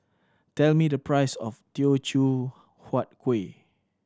tell me the price of Teochew Huat Kueh